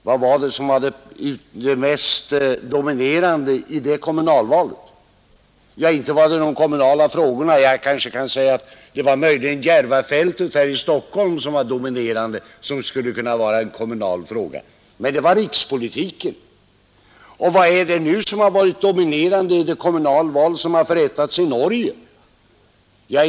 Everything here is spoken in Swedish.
Vad var det mest dominerande i det kommunalvalet? Inte var det de kommunala frågorna. Möjligen var Järvafältet här i Stockholm en dominerande kommunal fråga. Det var rikspolitiken som dominerade. Vad har varit det dominerande i det kommunalval som ar förrättats i Norge?